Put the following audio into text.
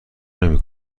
نمی